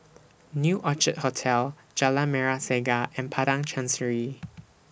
New Orchid Hotel Jalan Merah Saga and Padang Chancery